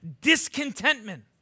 discontentment